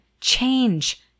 change